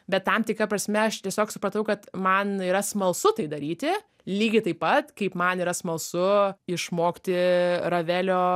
bet tam tikra prasme aš tiesiog supratau kad man yra smalsu tai daryti lygiai taip pat kaip man yra smalsu išmokti ravelio